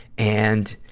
and,